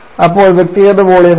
അപ്പോൾ വ്യക്തിഗത വോളിയം എന്താണ്